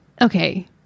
Okay